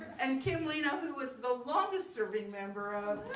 and kim leno who was the longest-serving member